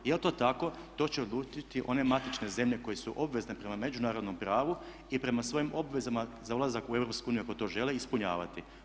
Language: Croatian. Jel' to tako to će odlučiti one matične zemlje koje su obvezne prema međunarodnom pravu i prema svojim obvezama za ulazak u EU ako to žele ispunjavati.